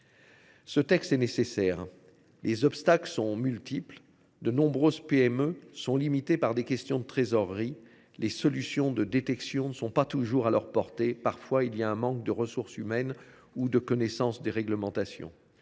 Ce texte est nécessaire, mais les obstacles sont multiples. De nombreuses PME sont limitées par des questions de trésorerie : les solutions de détection ne sont pas toujours à leur portée ; elles manquent parfois de ressources humaines ou d’une connaissance des réglementations.